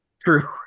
True